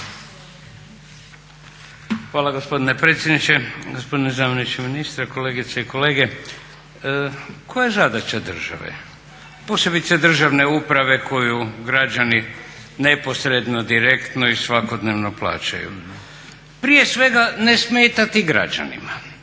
Hvala gospodine predsjedniče, gospodine zamjeniče ministra, kolegice i kolege. Koja je zadaća države, posebice državne uprave koju građani neposredno direktno i svakodnevno plaćaju. Prije svega ne smetati građanima,